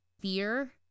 fear